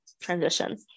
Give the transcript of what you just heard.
transition